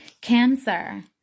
Cancer